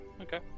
Okay